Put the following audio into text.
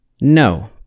No